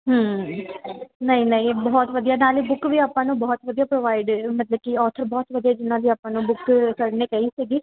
ਨਹੀਂ ਨਹੀਂ ਇਹ ਬਹੁਤ ਵਧੀਆ ਨਾਲੇ ਬੁੱਕ ਵੀ ਆਪਾਂ ਨੂੰ ਬਹੁਤ ਵਧੀਆ ਪ੍ਰੋਵਾਈਡ ਮਤਲਬ ਕਿ ਓਥਰ ਬੁਹਤ ਵਧੀਆ ਜਿਹਨਾਂ ਦੀ ਆਪਾਂ ਨੂੰ ਬੁੱਕ ਸਰ ਨੇ ਕਹੀ ਸੀਗੀ